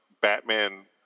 Batman